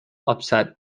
upset